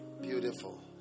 Beautiful